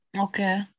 Okay